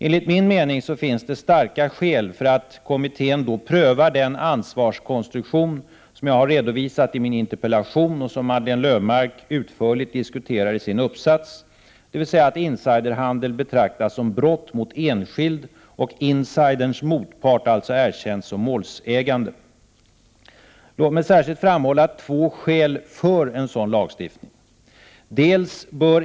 Enligt min mening finns det starka skäl för att kommittén då prövar den ansvarskonstruktion som jag redovisat i min interpellation och som Madeleine Löfmarck utförligt diskuterar i sin uppsats, dvs. att insiderhandel betraktas som brott mot enskild och att insiderns motpart alltså erkänns som målsägande. Låt mig särskilt framhålla två skäl för en sådan lagstiftning: 1.